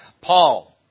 Paul